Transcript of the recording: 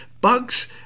Bugs